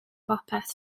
bopeth